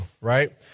right